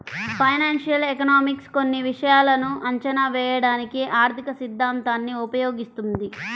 financial economics కొన్ని విషయాలను అంచనా వేయడానికి ఆర్థికసిద్ధాంతాన్ని ఉపయోగిస్తుంది